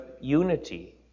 unity